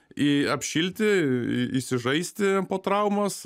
į apšilti įsižaisti po traumos